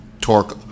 torque